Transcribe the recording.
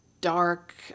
dark